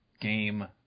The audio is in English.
game